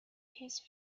his